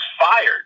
fired